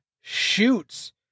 shoots